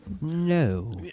No